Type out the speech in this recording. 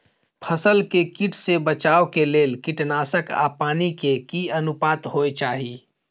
फसल के कीट से बचाव के लेल कीटनासक आ पानी के की अनुपात होय चाही?